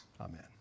Amen